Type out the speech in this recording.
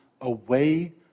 away